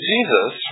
Jesus